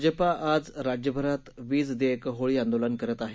भाजपा आज राज्यभरात वीज देयक होळी आंदोलन करत आहे